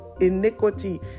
iniquity